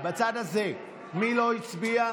בצד הזה, מי לא הצביע?